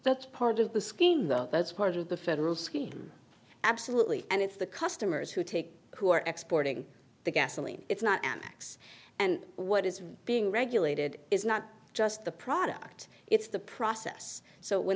that's part of the scheme the that's part of the federal scheme absolutely and it's the customers who take who are exporting the gasoline it's not amex and what is being regulated is not just the product it's the process so when